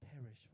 perish